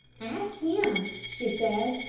ask him, she said.